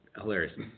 hilarious